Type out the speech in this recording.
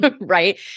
right